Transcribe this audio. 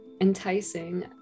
enticing